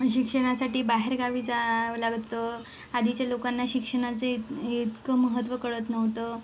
पण शिक्षणासाठी बाहेरगावी जावं लागत होतं आधीच्या लोकांना शिक्षणाचे इत इतकं महत्त्व कळत नव्हतं